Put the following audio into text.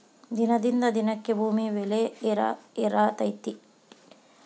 ದಿನದಿಂದ ದಿನಕ್ಕೆ ಭೂಮಿ ಬೆಲೆ ಏರೆಏರಾತೈತಿ